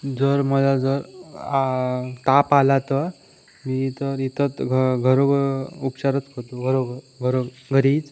जर मला जर ताप आला तर मी तर इथंच घ घरोघ उपचारच करतो घरोघ घरो घरीच